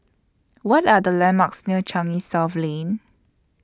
What Are The landmarks near Changi South Lane